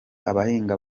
abahinga